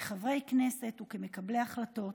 כחברי כנסת וכמקבלי החלטות,